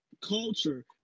culture